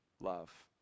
love